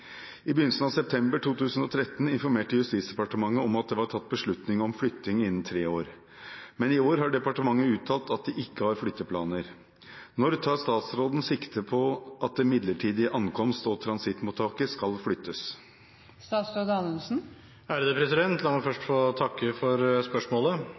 I begynnelsen av september 2013 informerte Justis- og beredskapsdepartementet om at det var tatt beslutning om flytting innen tre år, men i år har departementet uttalt at de ikke har flytteplaner. Når tar statsråden sikte på at det midlertidige transittmottaket skal flyttes?» La meg først få takke for spørsmålet.